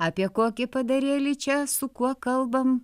apie kokį padarėlį čia su kuo kalbam